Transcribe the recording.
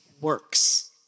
works